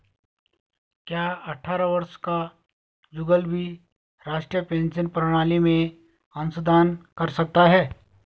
क्या अट्ठारह वर्ष का जुगल भी राष्ट्रीय पेंशन प्रणाली में अंशदान कर सकता है?